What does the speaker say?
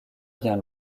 bien